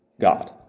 God